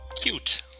Cute